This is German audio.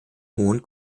hohen